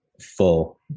full